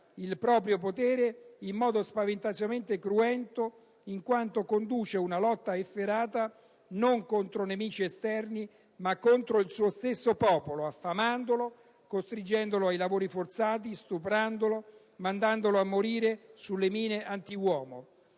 il proprio potere in modo spaventosamente cruento, in quanto conduce una lotta efferata non contro nemici esterni, ma contro il suo stesso popolo, affamandolo, costringendolo ai lavori forzati, stuprandolo, mandandolo a morire sulle mine antiuomo.